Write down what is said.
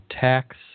tax